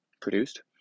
produced